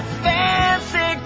fancy